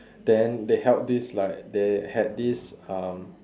then they held this like they had this um